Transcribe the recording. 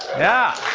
yeah.